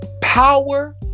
power